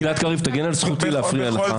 גלעד קריב, תגן על זכותי להפריע לך.